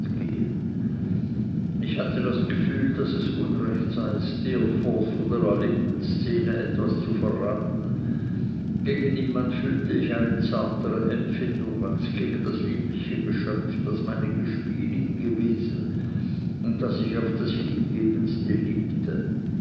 ich hatte das gefühl daß es unrecht sei steerforth von der erlebten szene etwas zu verraten gegen niemand fühlte ich eine zartere empfindung als gegen das liebliche geschöpf das meine gespielin gewesen und das ich auf das hingebendste liebte